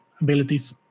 abilities